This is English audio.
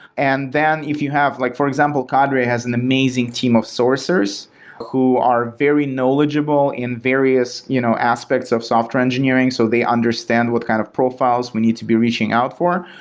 and then if you have like, for example, cadre has an amazing team of sourcers who are very knowledgeable in various you know aspects of software engineering so they understand what kind of profiles we need to be reaching out for.